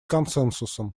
консенсусом